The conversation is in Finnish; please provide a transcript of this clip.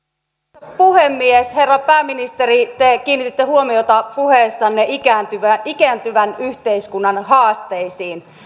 arvoisa puhemies herra pääministeri te kiinnititte puheessanne huomiota ikääntyvän yhteiskunnan haasteisiin